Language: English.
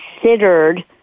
considered